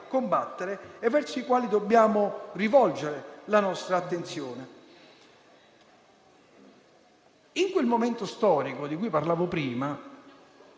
e verso i quali dobbiamo rivolgere la nostra attenzione. Nel momento storico di cui parlavo prima